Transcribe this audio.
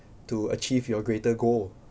to achieve your greater goal